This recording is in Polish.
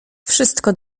wszystko